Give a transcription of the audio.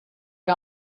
her